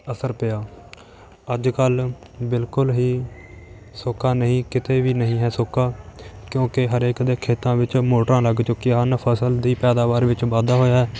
ਅਸਰ ਪਿਆ ਅੱਜ ਕੱਲ੍ਹ ਬਿਲਕੁਲ ਹੀ ਸੋਕਾ ਨਹੀਂ ਕਿਤੇ ਵੀ ਨਹੀਂ ਹੈ ਸੋਕਾ ਕਿਉਂਕਿ ਹਰੇਕ ਦੇ ਖੇਤਾਂ ਵਿੱਚ ਮੋਟਰਾਂ ਲੱਗ ਚੁੱਕੀਆਂ ਹਨ ਫਸਲ ਦੀ ਪੈਦਾਵਾਰ ਵਿੱਚ ਵਾਧਾ ਹੋਇਆ ਹੈ